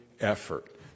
effort